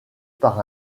par